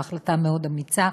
בהחלטה מאוד אמיצה,